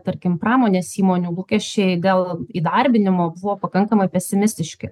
tarkim pramonės įmonių lūkesčiai dėl įdarbinimo buvo pakankamai pesimistiški